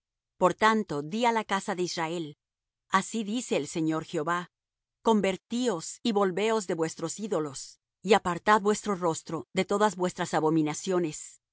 por tanto di á la casa de israel así dice el señor jehová convertíos y volveos de vuestros ídolos y apartad vuestro rostro de todas vuestras abominaciones